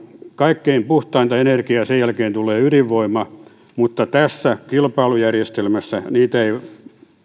kaikkein puhtainta energiaa ja sen jälkeen tulee ydinvoima mutta tässä kilpailujärjestelmässä niitä ei